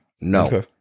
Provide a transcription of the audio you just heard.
no